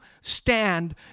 stand